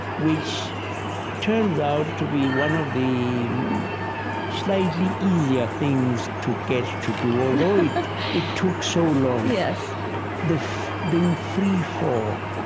which turns out to be one of the slightly easier things to get to do, although it took so long yes the being free for,